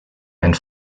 and